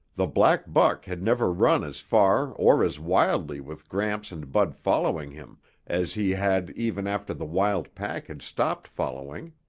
the black buck had never run as far or as wildly with gramps and bud following him as he had even after the wild pack had stopped following.